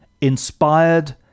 inspired